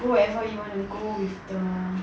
go wherever you want to go with the